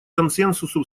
консенсусу